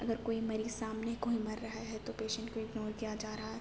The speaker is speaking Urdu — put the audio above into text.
اگر کوئی مریض سامنے کوئی مر رہا ہے پیشنٹ کو اگنور کیا جا رہا ہے